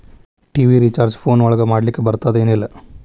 TV recharge phone ಒಳಗ ಮಾಡ್ಲಿಕ್ ಬರ್ತಾದ ಏನ್ ಇಲ್ಲ?